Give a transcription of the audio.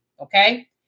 Okay